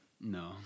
No